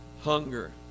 hunger